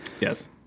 Yes